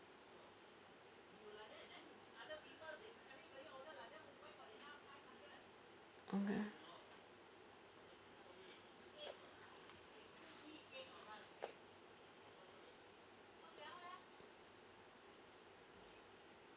oh ah